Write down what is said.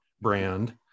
brand